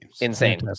Insane